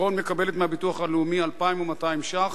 לירון מקבלת מהביטוח הלאומי 2,200 ש"ח.